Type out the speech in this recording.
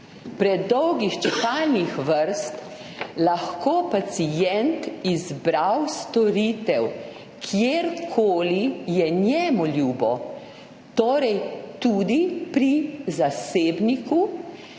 predolgih čakalnih vrst lahko pacient izbral storitev, kjerkoli je njemu ljubo, torej tudi pri zasebniku.